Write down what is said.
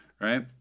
right